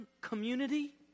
community